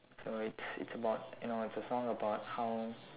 so it's it's about you know it's a song about how